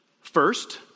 First